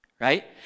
Right